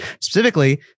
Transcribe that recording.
specifically